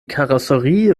karosserie